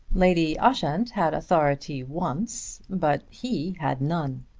lady ushant had authority once, but he had none.